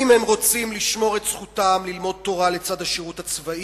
אם הם רוצים לשמור את זכותם ללמוד תורה לצד השירות הצבאי,